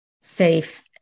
safe